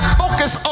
focus